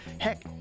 heck